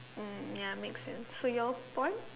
mm ya make sense so your point